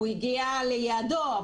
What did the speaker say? הוא הגיע ליעדו,